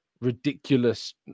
ridiculous